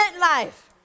life